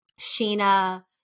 sheena